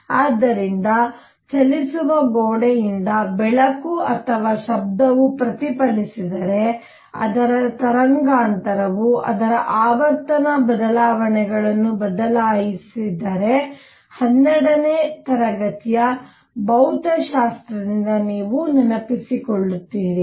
ಆದ್ದರಿಂದ ಚಲಿಸುವ ಗೋಡೆಯಿಂದ ಬೆಳಕು ಅಥವಾ ಶಬ್ದವು ಪ್ರತಿಫಲಿಸಿದರೆ ಅದರ ತರಂಗಾಂತರವು ಅದರ ಆವರ್ತನ ಬದಲಾವಣೆಗಳನ್ನು ಬದಲಾಯಿಸಿದರೆ ಹನ್ನೆರಡನೇ ತರಗತಿಯ ಭೌತಶಾಸ್ತ್ರದಿಂದ ನೀವು ನೆನಪಿಸಿಕೊಳ್ಳುತ್ತೀರಿ